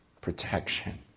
protection